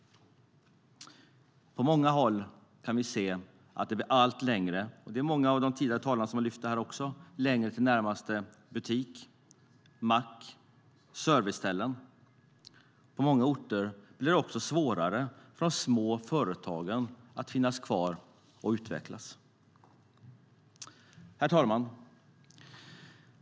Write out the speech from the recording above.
På många håll kan vi se att det blir allt längre - många tidigare talare har lyft fram det - till närmaste butik, mack, serviceställe. På många orter blir det också svårare för de små företagen att finnas kvar och utvecklas. Herr talman!